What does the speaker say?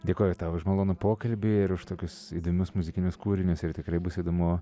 dėkoju tau už malonų pokalbį ir už tokius įdomius muzikinius kūrinius ir tikrai bus įdomu